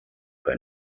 bei